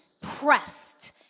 pressed